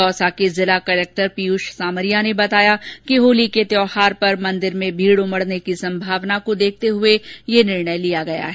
दौसा के जिला कलेक्टर पीयूष सामरिया ने बताया कि होली के त्यौहार पर मंदिर में भीड़ उमड़ने की संभावना को देखते यह निर्णय लिया गया है